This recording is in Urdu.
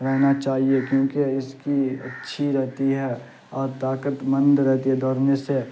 رہنا چاہیے کیونکہ اس کی اچھی رہتی ہے اور طاقت مند رہتی ہے دورنے سے